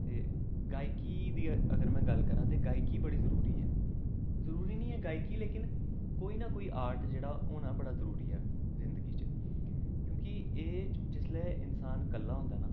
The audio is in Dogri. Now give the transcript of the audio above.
ते गायकी दी अगर में गल्ल करां ते गायकी बड़ी जरूरी ऐ जरूरी निं ऐ गायकी लेकिन कोई न कोई आर्ट जेह्ड़ा होना बड़ा जरूरी ऐ जिंदगी च क्योंकी एह् जिसलै इंसान कल्ला होंदा न